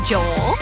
Joel